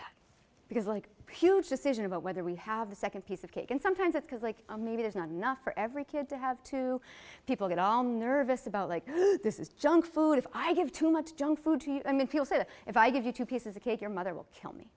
that because like a huge decision about whether we have the second piece of cake and sometimes it's because like maybe there's not enough for every kid to have two people get all nervous about like this is junk food if i give too much junk food i mean people say that if i give you two pieces of cake your mother will kill me